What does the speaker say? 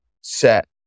set